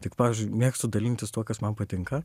tik pavyzdžiui mėgstu dalintis tuo kas man patinka